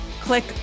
Click